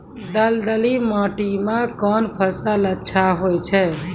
दलदली माटी म कोन फसल अच्छा होय छै?